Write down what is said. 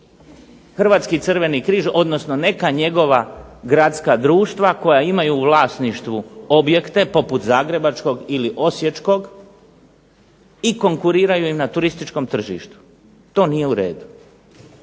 Hrvatski crveni križ, odnosno neka njegova gradska društva koja imaju u vlasništvu objekte poput zagrebačkog ili osječkog i konkuriraju im na turističkom tržištu. To nije u redu.